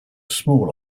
small